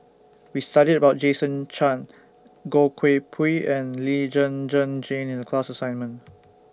We studied about Jason Chan Goh Koh Pui and Lee Zhen Zhen Jane in The class assignment